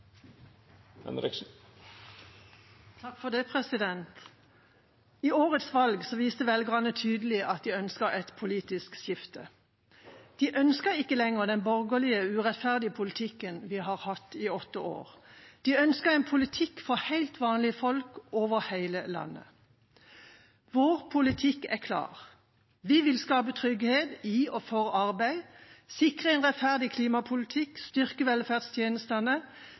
politisk skifte. De ønsket ikke lenger den borgerlige urettferdige politikken vi har hatt i åtte år. De ønsket en politikk for helt vanlige folk over hele landet. Vår politikk er klar. Vi vil skape trygghet i og for arbeid, sikre en rettferdig klimapolitikk, styrke velferdstjenestene,